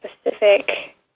specific